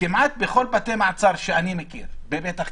כמעט בכל בתי מעצר שאני מכיר בפתח תקווה,